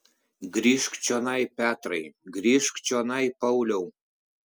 grįžk čionai petrai grįžk čionai pauliau